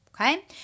okay